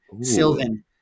Sylvan